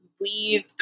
weave